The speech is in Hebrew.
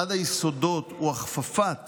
אחד היסודות הוא הכפפת